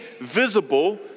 visible